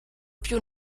più